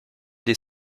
des